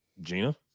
Gina